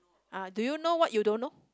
ah do you know what you don't know